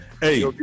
Hey